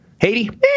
Haiti